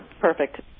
Perfect